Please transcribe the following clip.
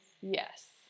Yes